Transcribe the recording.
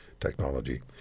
technology